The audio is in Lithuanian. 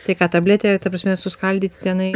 tai ką tabletę ta prasme suskaldyti tenai